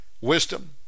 wisdom